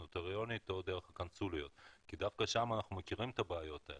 נוטריונית או דרך הקונסוליות כי דווקא שם אנחנו מכירים את הבעיות.